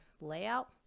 layout